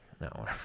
no